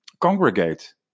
congregate